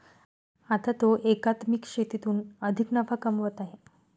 आता तो एकात्मिक शेतीतून अधिक नफा कमवत आहे